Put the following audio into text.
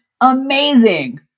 amazing